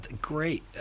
Great